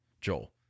Joel